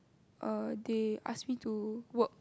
err they ask me to work